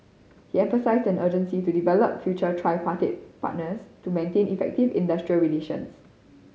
he emphasised an urgency to develop future tripartite party partners to maintain effective industrial relations